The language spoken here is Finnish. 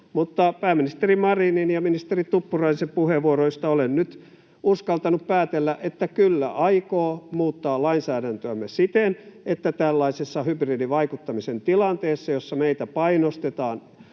mutta pääministeri Marinin ja ministeri Tuppuraisen puheenvuoroista olen nyt uskaltanut päätellä, että kyllä aikoo muuttaa lainsäädäntöämme siten, että tällaisessa hybridivaikuttamisen tilanteessa, jossa meitä painostetaan